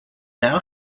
now